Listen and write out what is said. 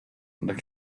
not